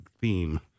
theme